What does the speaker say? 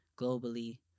globally